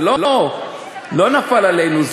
זה לא נפל עלינו.